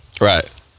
Right